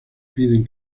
piden